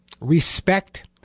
respect